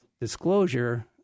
disclosure